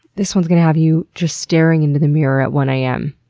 this one's gonna have you just staring into the mirror at one a m.